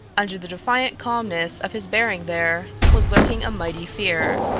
under the defiant calmness of his bearing there was lurking a mighty fear.